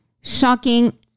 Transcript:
shocking